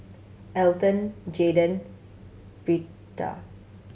Elton Jaydan Britta